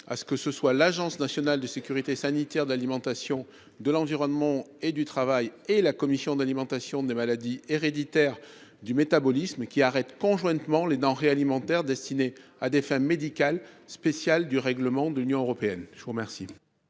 à ce que ce soit l'Agence nationale de sécurité sanitaire de l'alimentation, de l'environnement et du travail et la commission d'alimentation des maladies héréditaires du métabolisme qui arrête conjointement les denrées alimentaires destinées à des fins médicales spécial du règlement de l'Union européenne. Je vous remercie.--